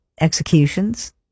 executions